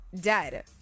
dead